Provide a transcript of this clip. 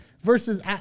versus